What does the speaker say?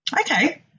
Okay